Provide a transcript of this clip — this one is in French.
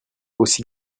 aussi